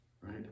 right